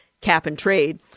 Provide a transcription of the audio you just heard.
cap-and-trade